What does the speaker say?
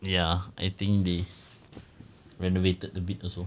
ya I think they renovated a bit also